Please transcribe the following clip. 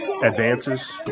Advances